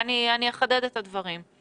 ואחדד את הדברים.